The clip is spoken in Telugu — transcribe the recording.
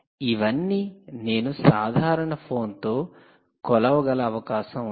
ఇవన్నీ నేను సాధారణ ఫోన్తో కొలవగల అవకాశం ఉంది